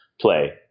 play